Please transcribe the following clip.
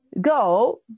go